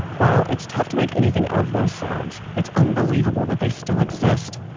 while it's tough to make anything of those sounds, it's unbelievable that they still exist.